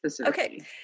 Okay